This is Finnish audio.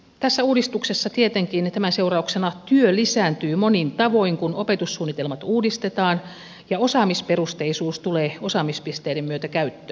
tässä uudistuksessa tietenkin tämän seurauksena työ lisääntyy monin tavoin kun opetussuunnitelmat uudistetaan ja osaamisperusteisuus tulee osaamispisteiden myötä käyttöön